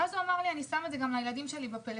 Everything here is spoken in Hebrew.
הוא טען שהוא שם את זה גם לילדים שלו בפלאפונים,